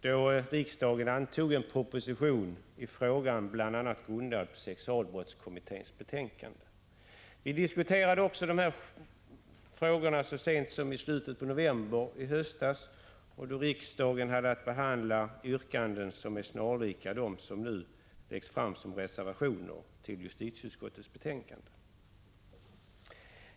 Då antog riksdagen en proposition i frågan, grundad bl.a. på sexualbrottskommitténs betänkande. Vi diskuterade också de här frågorna så sent som i slutet av november. Då hade riksdagen att behandla yrkanden som är snarlika dem som nu läggs fram som reservationer till justitieutskottets betänkande.